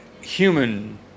human